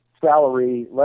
salary